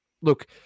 look